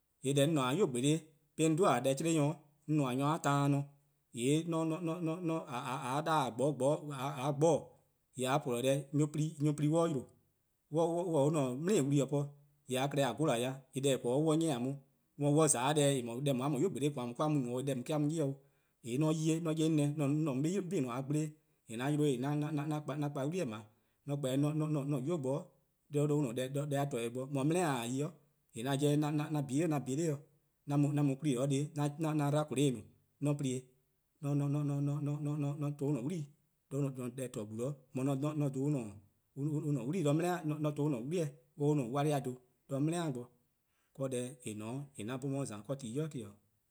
:Yee' deh 'on :ne-a 'nynuu: :gbolo'+ 'nyne bo 'de 'on no-a deh 'chle-nyor, 'on no-a nyor+-a taan nor, :yee' :mor :a gbon-dih :a polo deh :mor nyor+-p+ 'yle, on :taa an-a' 'mlen-wlu+ po :yee' :a klehkpeh :a gola-dih :yee' deh :eh :korn-a :mor 'on 'nyi-eh :a uh 'de mor :mor on :za 'o deh :eh :mor 'nynuu: :gbolo+ deh :daa eh-: a mu no-' 'o deh :daa eh-: a mu 'ye 'o, :yee' :mor 'on 'ye-eh 'on 'ye 'an neh 'mor-: 'on 'bei' :nyene-: :mor :a gble-eh' :yee' 'an yi 'de 'an kpa 'wli-eh :dao' 'de 'an-a' 'nynuu: bo 'de 'an-a deh-a :torne' bo 'de mor :mor dele-eh :ta 'de yi :yee' 'an 'jeh 'an 'kpa nor 'an 'kpa nor, 'am mu 'kwla+-dih, 'an 'dba :keloo' 'an plo-or 'de 'an to 'o 'an-a' 'wlii 'de nyor+ deh :torne' gbu 'zorn, de mor an to 'o an-a' 'wli-eh on 'ye an-a' 'wla+ dhen 'do dele-eh bo, :yee' deh :eh :ne-a 'o :eh 'an 'bhorn 'on 'ye-a :za dha ti :daa 'i me 'o.